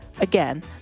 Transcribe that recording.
Again